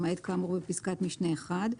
למעט כאמור בפסקת משנה (1),